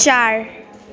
चार